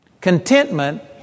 Contentment